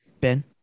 Ben